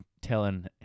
telling